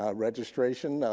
ah registration.